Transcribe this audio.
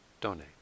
donate